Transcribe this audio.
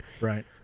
Right